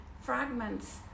fragments